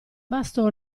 bastò